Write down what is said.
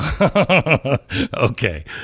Okay